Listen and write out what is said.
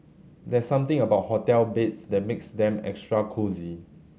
there's something about hotel beds that makes them extra cosy